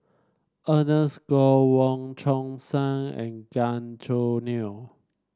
Ernest Goh Wong Chong Sai and Gan Choo Neo